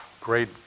great